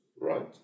right